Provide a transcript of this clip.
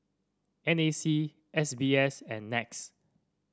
N A C S B S and NETS